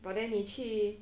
but then 你去